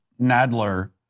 Nadler